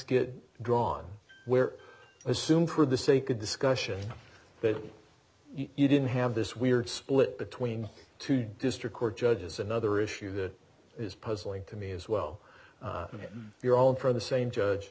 get drawn where assume for the sake of discussion that you didn't have this weird split between two district court judges another issue that is puzzling to me as well as your own from the same judge